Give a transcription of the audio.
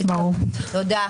תודה.